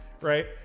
Right